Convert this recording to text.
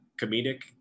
comedic